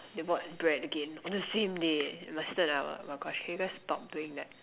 they bought bread again on the same day and my sister and I were can you just stop doing that